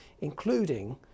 including